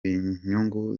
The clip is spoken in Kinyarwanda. inyungu